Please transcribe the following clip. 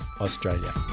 Australia